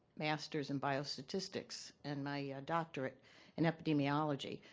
master's in biostatistics and my doctorate in epidemiology.